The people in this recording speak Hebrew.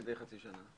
מדי חצי שנה.